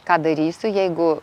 ką darysiu jeigu